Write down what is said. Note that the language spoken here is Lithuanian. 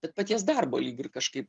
bet paties darbo lyg ir kažkaip